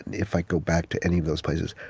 if i go back to any of those places,